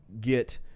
get